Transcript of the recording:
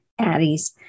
Addies